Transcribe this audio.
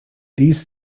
these